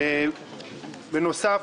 בנוסף,